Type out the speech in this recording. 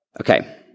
Okay